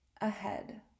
ahead